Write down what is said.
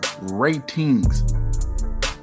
ratings